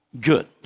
Good